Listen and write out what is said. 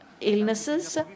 illnesses